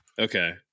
Okay